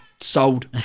sold